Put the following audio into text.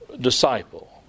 disciple